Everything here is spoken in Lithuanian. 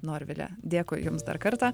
norvile dėkui jums dar kartą